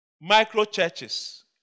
Micro-churches